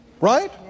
Right